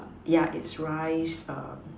yeah it's rice um